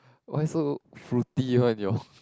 why so fruity one your